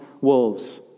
wolves